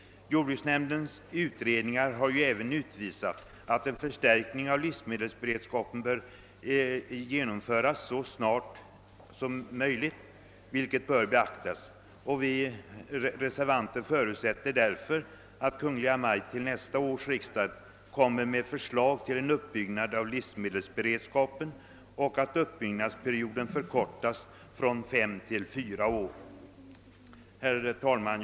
Jordbruksnämndens utredningar har även visat att en förstärkning av livsmedelsberedskapen bör genomföras så snart som möjligt, vilket bör beaktas. Vi reservanter förutsätter därför att Kungl. Maj:t för nästa års riksdag framlägger förslag om uppbyggnad av livsmedelsberedskapen och att uppbyggnadsperioden förkortas från fem till fyra år. Herr talman!